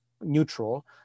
neutral